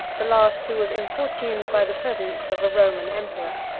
the last who was importuned by the presence of a roman emperor.